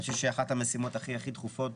אני חושב שאחת המשימות הכי דחופות